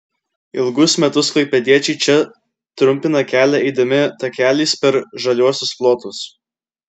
ilgus metus klaipėdiečiai čia trumpina kelią eidami takeliais per žaliuosius plotus